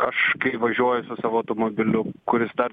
aš kai važiuoju su savo automobiliu kuris dar